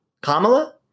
Kamala